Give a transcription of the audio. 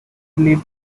lived